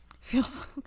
Feels